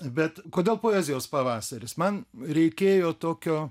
bet kodėl poezijos pavasaris man reikėjo tokio